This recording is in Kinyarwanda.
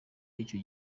icyo